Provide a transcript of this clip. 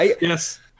Yes